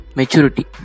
maturity